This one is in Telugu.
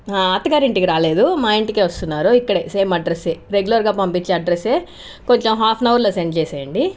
అత్తగారింటికి రాలేదు మా ఇంటికే వస్తున్నారు ఇక్కడే సేమ్ అడ్రసే రెగ్యులర్గా పంపించే అడ్రసే కొంచెం హాఫ్ అన్ అవర్లో సెండ్ చేసేయండి